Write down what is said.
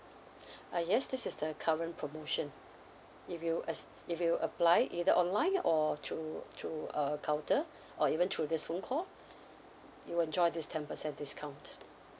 uh yes this is the current promotion if you as~ if you apply either online or through through a counter or even through this phone call you will enjoy this ten percent discount